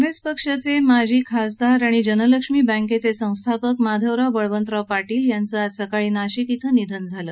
काँग्रेस पक्षाचे माजी खासदार तथा जनलक्ष्मी बँकेचे संस्थापक माधवराव बळवंतराव पाटील यांचं आज सकाळी नाशिक खिं निधन झालं